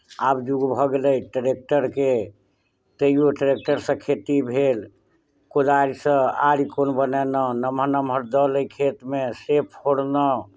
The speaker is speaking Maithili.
आब युग भऽ गेलै ट्रेक्टरके तैयो ट्रेक्टरसँ खेती भेल कोदारिसँ आड़ि कोन बनेलहुँ नमहर नमहर दल अइ खेतमे से फोड़लहुँ